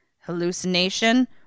Hallucination